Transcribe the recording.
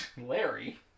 Larry